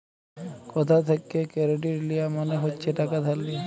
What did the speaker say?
কথা থ্যাকে কেরডিট লিয়া মালে হচ্ছে টাকা ধার লিয়া